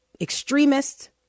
extremists